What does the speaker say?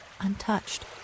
untouched